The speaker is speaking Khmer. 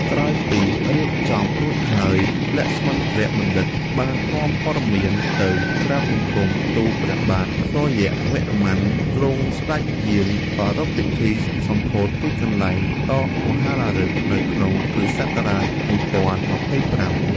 ក្រោយពីរៀបចំរួចហើយ លក្ស្មិន្ទ្របណ្ឌិត បាននាំព័ត៌មានទៅក្រាបបង្គំទូលព្រះបាទសុរ្យវរ្ម័ន ទ្រង់ស្ដេចយាងប្រារព្ធពិធីសម្ពោធទីកន្លែងនេះដ៏មហោឡារិក នៅក្នុងគ.ស. ១០២៥ ។